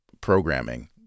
programming